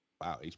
Wow